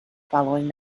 following